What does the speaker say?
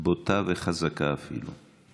בוטה וחזקה, אפילו.